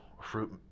fruit